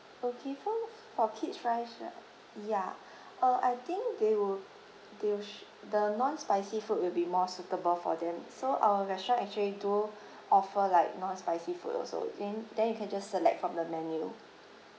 okay fors for kids wise right ya uh I think they will they will sh~ the non spicy food will be more suitable for them so our restaurant actually do offer like non spicy food also then then you can just select from the menu